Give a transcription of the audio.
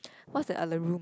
what's the